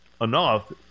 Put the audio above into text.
enough